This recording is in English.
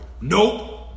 Nope